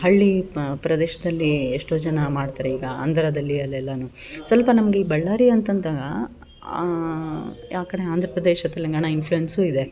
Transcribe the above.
ಹಳ್ಳಿ ಪ್ರದೇಶದಲ್ಲಿ ಎಷ್ಟೋ ಜನ ಮಾಡ್ತಾರೆ ಈಗ ಆಂಧ್ರದಲ್ಲಿ ಅಲ್ಲೆಲ್ಲಾ ಸ್ವಲ್ಪ ನಮ್ಗೆ ಈ ಬಳ್ಳಾರಿ ಅಂತಂತ ಆ ಕಡೆ ಆಂಧ್ರ ಪ್ರದೇಶ ತೆಲಂಗಾಣ ಇನ್ಪ್ಲುಯೆನ್ಸು ಇದೆ